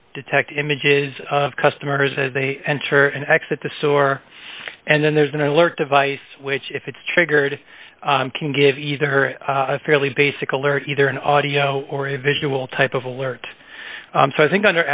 can detect images of customers as they enter and exit the store and then there's an alert device which if it's triggered can give her a fairly basic alert either an audio or a visual type of alert so i think